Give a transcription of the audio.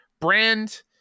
brand